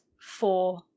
four